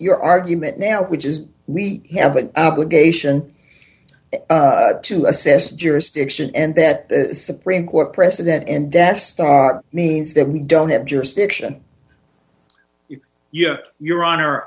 your argument now which is we have an obligation to assess jurisdiction and that the supreme court precedent and desk means that we don't have jurisdiction yes your honor